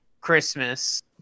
Christmas